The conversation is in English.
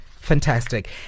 Fantastic